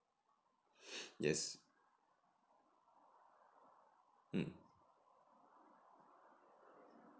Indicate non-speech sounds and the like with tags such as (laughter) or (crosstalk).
(noise) yes mm